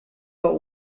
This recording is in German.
war